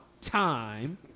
time